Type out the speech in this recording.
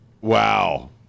Wow